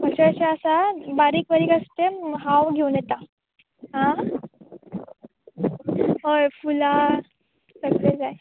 अशें अशें आसा बारीक बारीक आसा तें हांव घेवन येता आं हय फुलां फेटो जाय